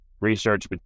research